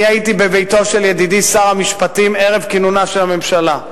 הייתי בביתו של ידידי שר המשפטים ערב כינונה של הממשלה,